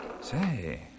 Say